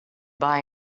buy